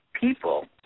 people